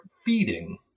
feeding